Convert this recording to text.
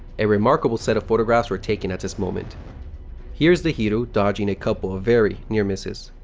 a remarkable set of photographs were taken at this moment here's the hiryu dodging a couple of very near misses.